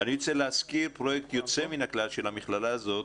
אני רוצה להזכיר פרויקט יוצא מן הכלל של המכללה הזאת,